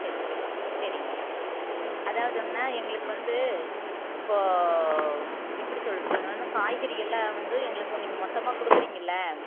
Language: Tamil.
சரி சரிங்க அதாவதுங்க அண்ணா எங்களுக்கு வந்து இப்போ எப்படி சொல்லிட்டும் இன்னும் காய்கறிகள் எல்லாம் வந்து எங்களுக்கு நீங்கள் மொத்தமாக கொடுக்குறீங்கல்ல